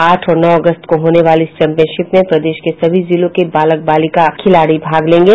आठ और नौ अगस्त को होने वाले इस चैम्पियनशिप में प्रदेश के सभी जिलों के बालक बालिका खिलाड़ी भाग लेंगे